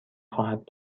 خواهد